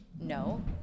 No